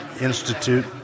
Institute